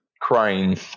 crying